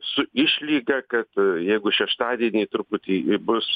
su išlyga kad jeigu šeštadienį truputį į bus